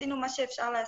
עשינו מה שאפשר לעשות.